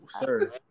sir